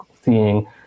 seeing